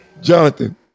Jonathan